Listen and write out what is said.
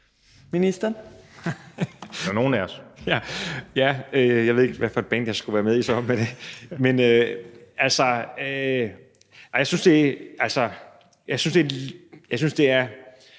(Magnus Heunicke): Jeg ved ikke, hvad for et band jeg skulle være med i så. Jeg synes, det er